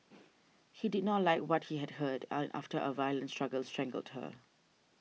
he did not like what he had heard and after a violent struggle strangled her